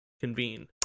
convene